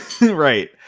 Right